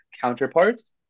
counterparts